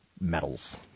metals